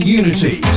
unity